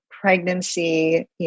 pregnancy